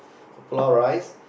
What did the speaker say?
so pilau rice